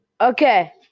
Okay